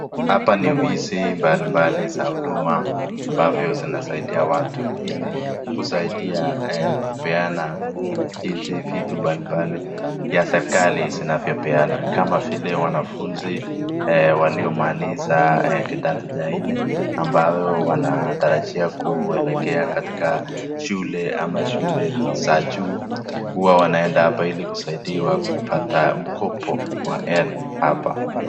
Hapa ni ofisi mbali mbali za huduma ambavyo zinasaidia watu ili kusaidi, kupeana jinsi vitu mbali mbali za serikali vinapeanwa. Kama vile wanafunzi waliomaliza kidato cha nne ambao wanatarajia kuelekea katika shule ama shule za juu wanaenda hapa ili kusaidiwa kupata mkopo wa HELB.